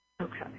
Okay